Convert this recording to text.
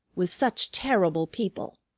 with such terrible people!